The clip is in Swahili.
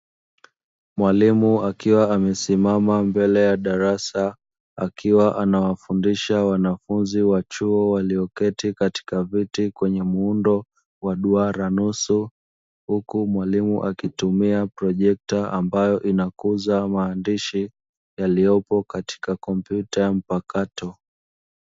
Mwalimu akiwa amesimama mbele ya darasa, akiwa anawafundisha wanafunzi wa chuo walioketi katika viti kwenye muundo wa duara nusu, huku mwalimu akitumia projekta ambayo inakuza maandishi yaliyopo katika kompyuta mpakato.